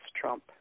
Trump